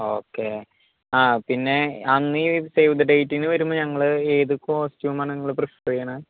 okay ആ പിന്നെ അന്ന് ഈ സേവ് ദ ഡേറ്റിന് വരുമ്പോൾ ഞങ്ങൾ ഏത് കോസ്റ്റ്യൂം ആണ് നിങ്ങൾ പ്രിഫർ ചെയ്യുന്നത്